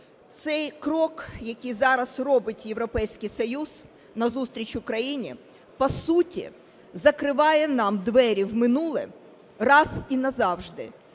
Цей крок, який зараз робить Європейський Союз назустріч Україні, по суті закриває нам двері в минуле раз і назавжди